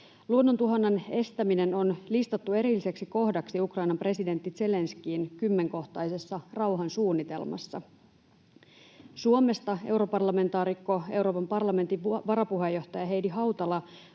Luonnontuhonnan estäminen on listattu erilliseksi kohdaksi Ukrainan presidentti Zelenskyin kymmenkohtaisessa rauhansuunnitelmassa. Suomesta europarlamentaarikko, Euroopan parlamentin varapuheenjohtaja Heidi Hautala